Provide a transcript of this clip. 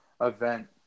event